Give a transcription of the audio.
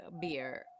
beer